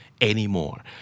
anymore